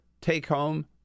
take-home